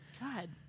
God